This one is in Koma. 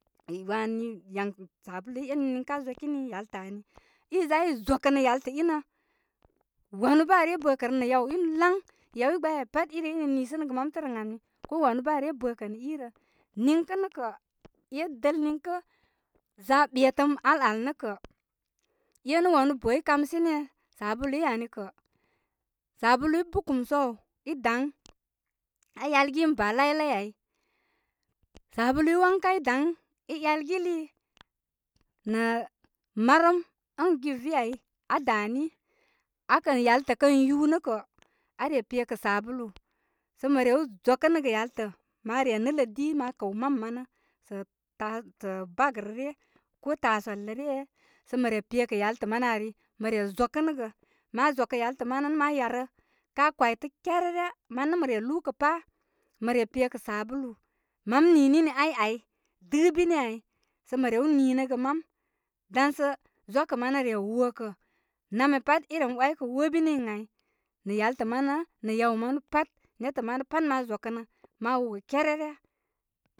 Diwani yan sabuluyi enu nijkə' aa zokini yaltə' ani. iza i zakənə yaltə inə, wanu bə aa rey bə kə rə nə yaw inu lan yaw igbay ai pat i ren ren niisəgə mamtər ən ami, ko wanu bə aa re bə kə nə i rə. Niŋkə nə kə, e dəl niŋkə za ɓetəm al al, nə kə', e nə' wanu bə', kamshe ne sabuluyi ani kə sabuluyi bukumsu aw i dary aa 'yalgi ən baa lailai ai, sabuluyi wanka daŋ- i yalgili nə marəm ən gire ai aa dani. aa kə yaltəl kən yūū nə kə', aa re pe kə' sabulu sə mə rew zokənə gə yaltə'. Ma re nɨlə dii ma kəw mam anə səl baf rə ryə ko tasuwal rə ryə, sə mə re pekə kə yaltə ma nə ari mə re zo kə nəgi. Ma zokə yaltə manə ma yarə ka kwtə kyarere. Man nə' mə re luu pa mə re pe kə sabulu mam ninini ay ai, dɨ bini ai sturn mə rew ninəgə mam, dansə ziwakə manə re wokə'. Namya pat i rem wai kə wobini ən ai- nə yaltə' manə nə yaw manu pat netə manə pat ma gokənə, ma wo kyarere.